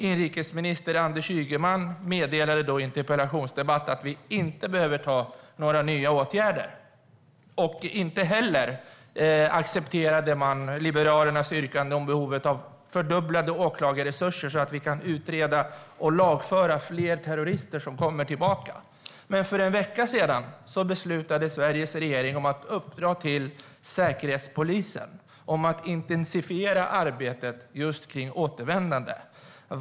Inrikesminister Anders Ygeman meddelade då i en interpellationsdebatt att vi inte behöver vidta några nya åtgärder. Man accepterade inte heller Liberalernas yrkande om fördubblade åklagarresurser så att vi kan utreda och lagföra fler terrorister som kommer tillbaka. Men för en vecka sedan beslutade Sveriges regering att uppdra till Säkerhetspolisen att intensifiera arbetet kring just återvändare.